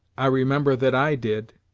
i remember that i did.